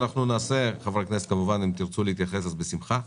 חברי הכנסת, אם תרצו להתייחס בשמחה.